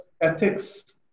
ethics